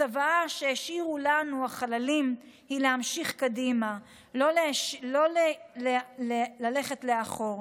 הצוואה שהשאירו לנו החללים היא להמשיך קדימה" לא ללכת לאחור,